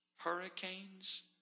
Hurricanes